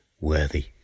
worthy